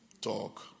talk